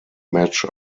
match